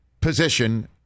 position